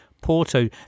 Porto